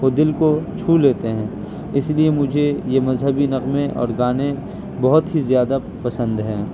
وہ دل کو چھو لیتے ہیں اس لیے مجھے یہ مذہبی نغمے اور گانے بہت ہی زیادہ پسند ہیں